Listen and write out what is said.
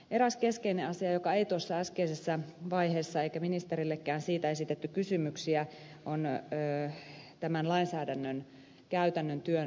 eräs keskeinen asia joka ei tuossa äskeisessä vaiheessa tullut esille ja josta ministerillekään ei esitetty kysymyksiä on tämän lainsäädännön käytännön työn resursointi